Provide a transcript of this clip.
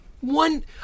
One